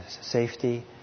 safety